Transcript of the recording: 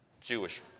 Jewish